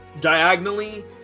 diagonally